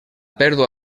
pèrdua